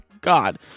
god